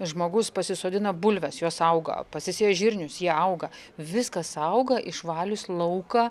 žmogus pasisodina bulves jos auga pasisėja žirnius jie auga viskas auga išvalius lauką